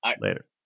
Later